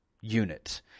unit